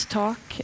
talk